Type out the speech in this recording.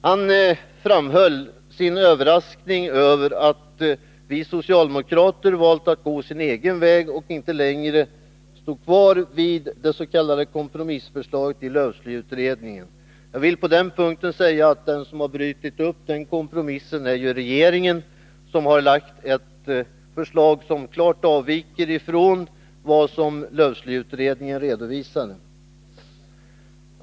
Han uttryckte sin överraskning över att vi av bekämpningssocialdemokrater valt att gå vår egen väg och inte längre stod kvar vid det medel över skogss.k. kompromissförslaget till lövslyutredningen. Jag vill på den punkten säga mark att den som har brutit den kompromissen är regeringen, som har lagt fram ett förslag som klart avviker från vad som lövslyutredningen redovisade.